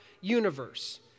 universe